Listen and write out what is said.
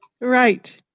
Right